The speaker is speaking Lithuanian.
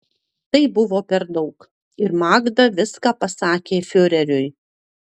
tai buvo per daug ir magda viską pasakė fiureriui